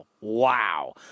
Wow